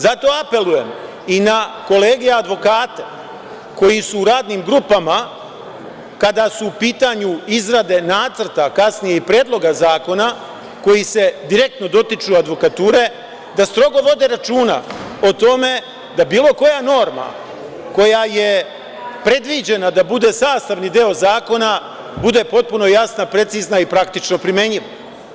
Zato apelujem i na kolege advokate koji su u radnim grupama, kada su u pitanju izrade nacrta, a kasnije i predloga zakona koji se direktno dotiču advokature, da strogo vode računa o tome da bilo koja norma koja je predviđena da bude sastavni deo zakona, bude potpuno jasna, precizna i praktično primenljiva.